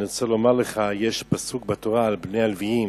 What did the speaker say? אני רוצה לומר לך שיש פסוק בתורה על בני הלוויים